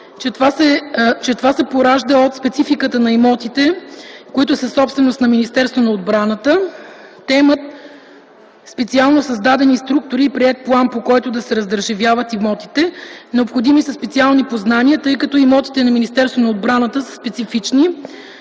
че поради спецификата на имотите на Министерство на отбраната, в същото имат специално създадени структури и приет план, по който ще се раздържавяват имотите. Необходими са специални познания, тъй като имотите на Министерство на отбраната са специфични.